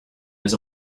was